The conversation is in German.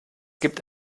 gibt